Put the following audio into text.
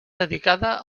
dedicada